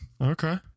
Okay